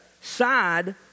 side